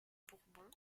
bourbon